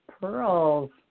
pearls